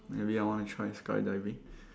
maybe I wanna try skydiving